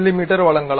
me வழங்கலாம்